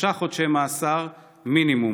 שלושה חודשי מאסר מינימום.